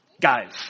guys